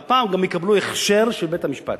והפעם גם יקבלו הכשר של בית-המשפט.